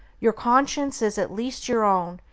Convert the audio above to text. your conscience is at least your own,